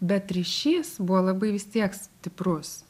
bet ryšys buvo labai vis tiek stiprus